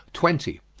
twenty.